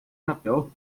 papel